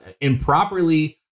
improperly